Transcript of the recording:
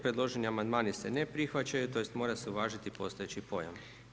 Predloženi amandmani se ne prihvaćaju tj. mora se uvažiti postojeći pojam.